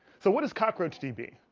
so what does cockroach tb?